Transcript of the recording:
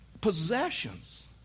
possessions